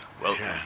Welcome